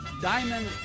diamond